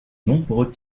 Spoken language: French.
nombreux